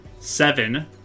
seven